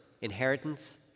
inheritance